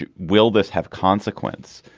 ah will this have consequence.